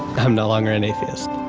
i'm no longer an atheist.